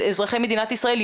אזרחי מדינת ישראל,